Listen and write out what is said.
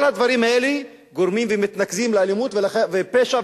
כל הדברים האלה גורמים ומתנקזים לאלימות ופשע,